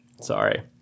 sorry